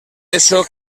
eso